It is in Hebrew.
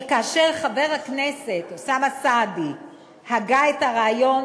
שכאשר חבר הכנסת אוסאמה סעדי הגה את הרעיון,